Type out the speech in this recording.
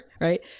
right